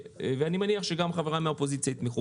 ואני מניח שגם חבריי מהאופוזיציה יתמכו